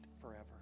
forever